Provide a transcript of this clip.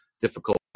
difficult